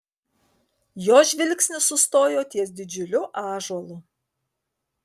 jo žvilgsnis sustojo ties didžiuliu ąžuolu